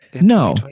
No